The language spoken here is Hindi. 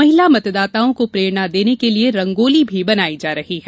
महिला मतदाताओं को प्रेरणा देने के लिये रंगोली भी बनाई जा रही है